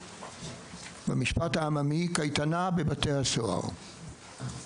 במשפט העממי, קייטנה בבתי הסוהר.